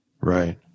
Right